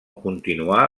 continuà